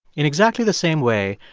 in exactly the same way,